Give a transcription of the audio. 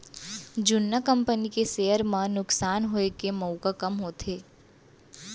जुन्ना कंपनी के सेयर म नुकसान होए के मउका कम होथे